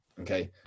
okay